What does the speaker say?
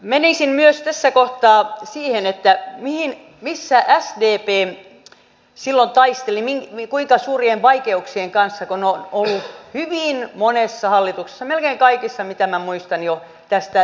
menisin tässä kohtaa myös siihen missä ja kuinka suurien vaikeuksien kanssa sdp silloin taisteli se on ollut hyvin monessa hallituksessa melkein kaikissa mitä minä muistan jo tästä taaksepäin